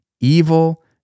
evil